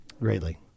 Greatly